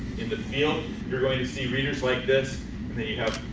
and field you're going to see readers like this and then you have